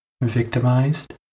victimized